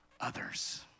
others